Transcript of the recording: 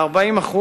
ב-40%,